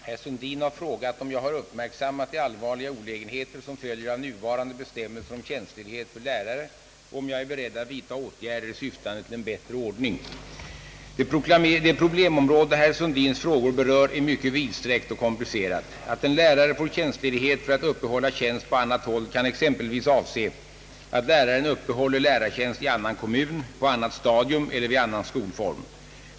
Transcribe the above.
Herr talman! Herr Sundin har frågat, om jag har uppmärksammat de allvarliga olägenheter som följer av nuvarande bestämmelser om tjänstledighet för lärare och om jag är beredd att vidta åtgärder syftande till en bättre ordning. Det problemområde herr Sundins frågor berör är mycket vidsträckt och komplicerat. Att en lärare får tjänstledighet för att uppehålla tjänst på annat håll kan exempelvis avse, att läraren uppehåller lärartjänst i annan kommun, på annat stadium eller vid annan skolform.